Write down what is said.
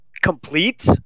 complete